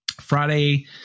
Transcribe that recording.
Friday